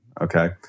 Okay